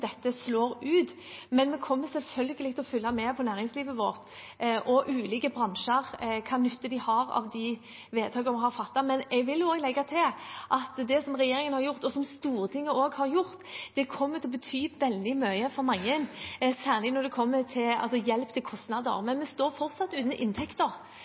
dette slår ut. Vi kommer selvfølgelig til å følge med på næringslivet vårt, på ulike bransjer, hvilken nytte de har av de vedtakene vi har fattet, men jeg vil legge til at det regjeringen og også Stortinget har gjort, kommer til å bety veldig mye for mange, særlig når det gjelder hjelp til kostnader. Men de står fortsatt uten inntekter,